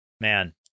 Man